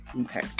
Okay